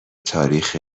تاریخ